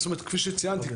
כפי שציינתי,